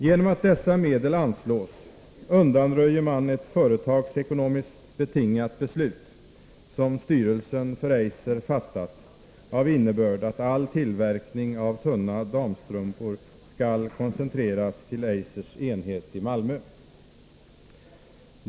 Genom att dessa medel anslås undanröjer man ett drifttiden för Eisers företagsekonomiskt betingat beslut som styrelsen för Eiser fattat, av i Borås, m.m.